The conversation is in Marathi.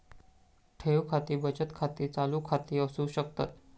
ठेव खाती बचत खाती, चालू खाती असू शकतत